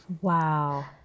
Wow